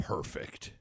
Perfect